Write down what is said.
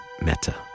meta